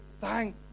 thank